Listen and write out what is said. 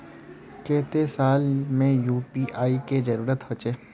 केते साल में यु.पी.आई के जरुरत होचे?